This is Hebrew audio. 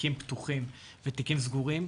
תיקים פתוחים ותיקים סגורים.